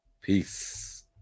Peace